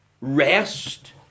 rest